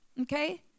Okay